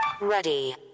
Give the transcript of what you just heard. Ready